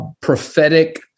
prophetic